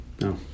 No